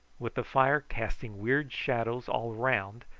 with the fire casting weird shadows all around,